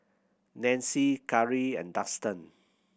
Nanci Kari and Dustan